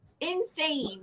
Insane